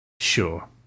Sure